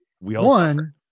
one